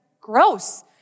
gross